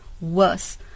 worse